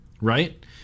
right